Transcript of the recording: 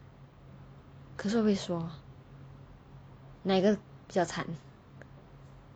可是我不会说哪一个比较惨